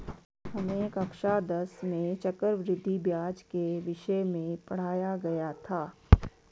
हमें कक्षा दस में चक्रवृद्धि ब्याज के विषय में पढ़ाया गया था